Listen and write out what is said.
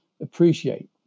appreciate